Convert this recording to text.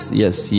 yes